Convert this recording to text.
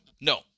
No